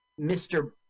Mr